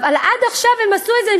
אבל עד עכשיו הם עשו את זה,